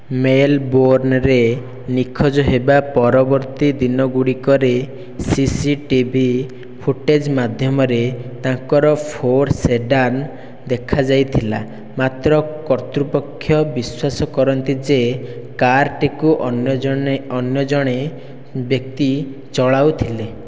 ମେଲ୍ବୋର୍ନରେ ନିଖୋଜ ହେବା ପରବର୍ତ୍ତୀ ଦିନ ଗୁଡ଼ିକରେ ସିସିଟିଭି ଫୁଟେଜ୍ ମାଧ୍ୟମରେ ତାଙ୍କର ଫୋର୍ସ ଏଡ଼ାର୍ମ୍ ଦେଖା ଯାଇଥିଲା ମାତ୍ର କତୃପକ୍ଷ ବିଶ୍ୱାସ କରନ୍ତି ଯେ କାର୍ଟିକୁ ଅନ୍ୟ ଜଣେ ଅନ୍ୟ ଜଣେ ବ୍ୟକ୍ତି ଚଲାଉଥିଲେ